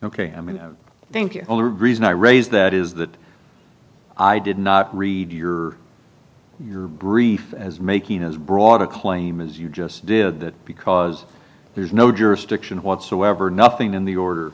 ok i mean i think you only reason i raise that is that i did not read your your brief as making as broad a claim as you just did that because there's no jurisdiction whatsoever nothing in the order